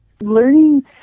Learning